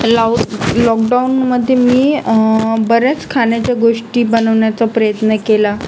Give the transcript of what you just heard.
लाऊक लॉकडाऊनमध्ये मी बऱ्याच खाण्याच्या गोष्टी बनवण्याचा प्रयत्न केला